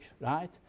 right